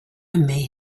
may